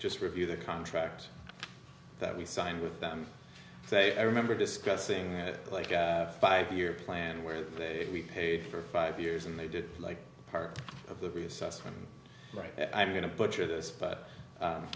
just review the contract that we signed with them say i remember discussing it like a five year plan where if we paid for five years and they did like part of the reassessment right i'm going to butcher this but